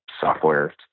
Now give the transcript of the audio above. software